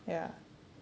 ya